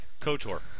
Kotor